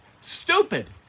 Stupid